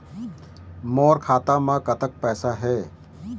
मोर खाता म कतक पैसा हे?